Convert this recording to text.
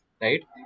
right